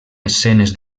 escenes